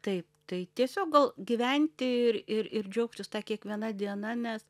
taip tai tiesiog gal gyventi ir ir ir džiaugtis ta kiekviena diena nes